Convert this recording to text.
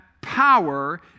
Power